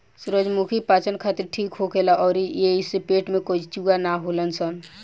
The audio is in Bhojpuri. सूरजमुखी पाचन खातिर ठीक होखेला अउरी एइसे पेट में केचुआ ना होलन सन